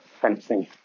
fencing